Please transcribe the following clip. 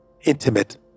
intimate